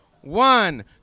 one